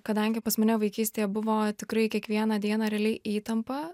kadangi pas mane vaikystėje buvo tikrai kiekvieną dieną realiai įtampa